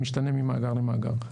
זה משתנה ממאגר למאגר.